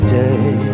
day